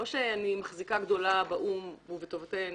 לא שאני מחזיקה גדולה באו"ם ולא שהוא בטובתנו,